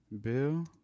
bill